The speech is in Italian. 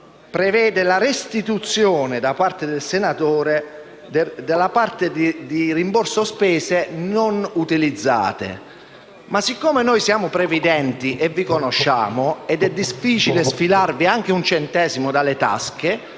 prevede la restituzione da parte del senatore della parte di rimborso spese non utilizzata. Siccome siamo previdenti e sappiamo che è difficile sfilarvi anche un centesimo dalle tasche,